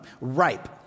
ripe